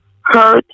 Hurt